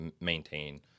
maintain